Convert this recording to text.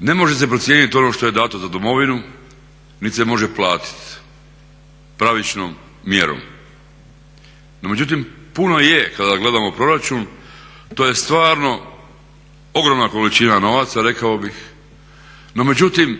Ne može se procijeniti ono što je dato za domovinu niti se može platiti pravičnom mjerom. No međutim puno je kada gledamo proračun, to je stvarno ogromna količina novaca, rekao bih. No međutim